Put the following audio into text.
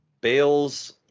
Bales